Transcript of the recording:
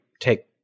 take